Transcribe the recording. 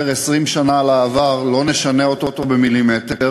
20 שנה על העבר לא נשנה אותו במילימטר,